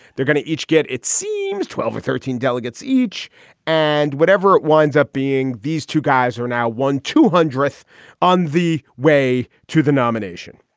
they're gonna each get, it seems, twelve or thirteen delegates each and whatever it winds up being. these two guys are now one, two hundreth on the way to the nomination.